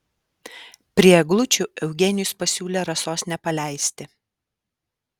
prie eglučių eugenijus pasiūlė rasos nepaleisti